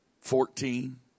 fourteen